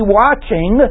watching